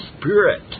Spirit